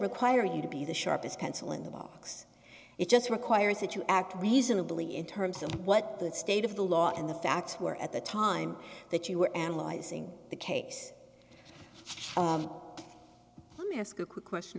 require you to be the sharpest pencil in the box it just requires you to act reasonably in terms of what the state of the law and the facts were at the time that you were analyzing the case let me ask a qu